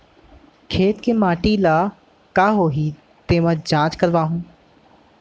खेत के माटी ल का होही तेमा जाँच करवाहूँ?